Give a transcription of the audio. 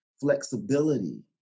flexibility